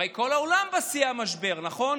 הרי כל העולם בשיא המשבר, נכון?